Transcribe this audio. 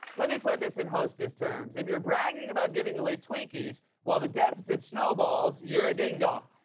let me put this in hostess terms if you're bragging about giving away twinkies while the deficit snoballs, you're a ding dong.